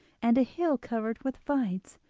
and a hill covered with vines,